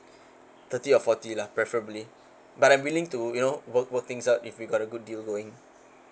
thirty or forty lah preferably but I'm willing to you know work work things out if you got a good deal going